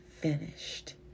finished